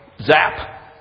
zap